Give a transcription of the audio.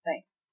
thanks